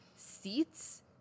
Seats